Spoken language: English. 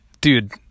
dude